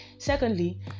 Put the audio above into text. secondly